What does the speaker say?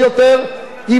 עם הדברים האלה.